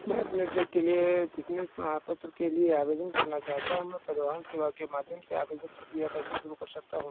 मैं अपने ट्रक के लिए फिटनेस प्रमाणपत्र के लिए आवेदन करना चाहता हूँ मैं परिवहन सेवा के माध्यम से आवेदन प्रक्रिया कैसे शुरू कर सकता हूँ